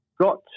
got